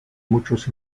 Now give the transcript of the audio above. muchos